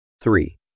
Three